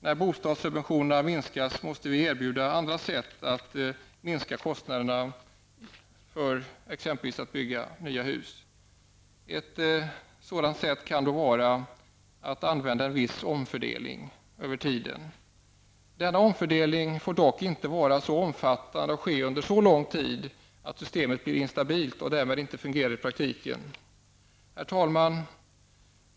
När bostadssubventionerna minskas måste vi erbjuda andra sätt att minska kostnaderna exempelvis för att bygga nya hus. Ett sätt kan då vara att göra en viss omfördelning över tiden. Denna omfördelning får dock inte vara så omfattande och ske under så lång tid att systemet blir instabilt och därmed inte fungerar i praktiken. Herr talman!